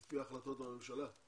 לפי החלטות הממשלה?